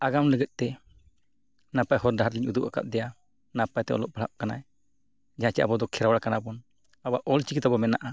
ᱟᱜᱟᱢ ᱞᱟᱹᱜᱤᱫ ᱛᱮ ᱱᱟᱯᱟᱭ ᱦᱚᱨᱼᱰᱟᱦᱟᱨ ᱞᱤᱧ ᱩᱫᱩᱜ ᱠᱟᱫᱮᱭᱟ ᱱᱟᱯᱟᱭ ᱛᱮ ᱚᱞᱚᱜ ᱯᱟᱲᱦᱟᱜ ᱠᱟᱱᱟᱭ ᱡᱟᱦᱟᱸ ᱪᱮ ᱟᱵᱚ ᱫᱚ ᱠᱷᱮᱨᱣᱟᱲ ᱠᱟᱱᱟ ᱵᱚᱱ ᱟᱵᱚᱣᱟᱜ ᱚᱞᱪᱤᱠᱤ ᱛᱟᱵᱚᱱ ᱢᱮᱱᱟᱜᱼᱟ